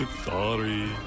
Sorry